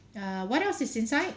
err what else is inside